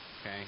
Okay